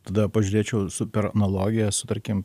tada pažiūrėčiau super analogiją su tarkim